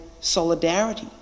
solidarity